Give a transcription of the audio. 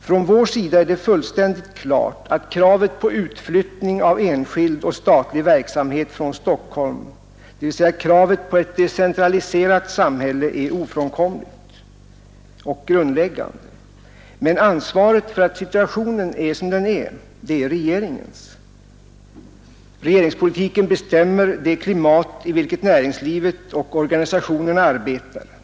Från vår sida är det fullständigt klart att kravet på utflyttning av enskild och statlig verksamhet från Stockholm, dvs. kravet på ett decentraliserat samhälle, är ofrånkomligt och grundläggande. Men regeringen har ansvaret för att situationen är som den är. Regeringspolitiken bestämmer det klimat i vilket näringslivet och organisationerna arbetar.